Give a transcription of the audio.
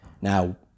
Now